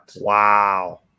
Wow